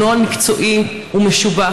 הוא נוהל מקצועי, הוא משובח.